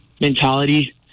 mentality